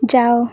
ଯାଅ